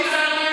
נבחרים על ידי,